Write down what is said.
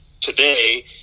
today